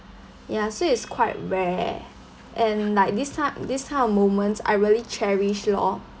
ya so is quite rare and like this time this kind of moments I really cherish lor